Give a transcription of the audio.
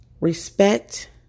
Respect